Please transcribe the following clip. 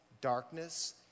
darkness